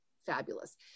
fabulous